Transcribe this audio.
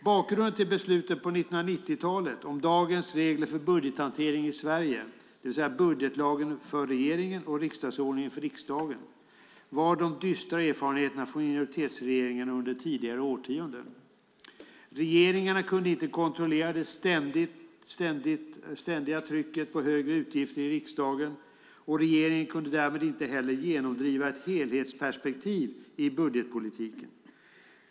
Bakgrunden till besluten på 1990-talet om dagens regler för budgethantering i Sverige, det vill säga budgetlagen för regeringen och riksdagsordningen för riksdagen, var de dystra erfarenheterna från minoritetsregeringarna under tidigare årtionden. Regeringarna kunde inte kontrollera det ständiga trycket på högre utgifter i riksdagen, och regeringen kunde därmed inte heller genomdriva ett helhetsperspektiv i budgetpolitiken.